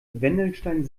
wendelstein